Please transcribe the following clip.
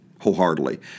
Wholeheartedly